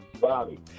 Bobby